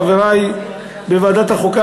חברי בוועדת החוקה,